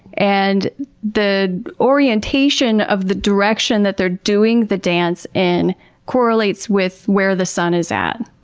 and the orientation of the direction that they're doing the dance in correlates with where the sun is at.